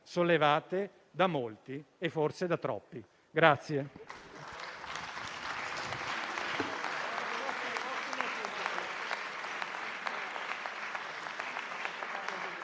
sollevate da molti e forse da troppi